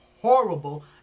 horrible